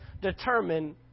determine